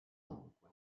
encuentro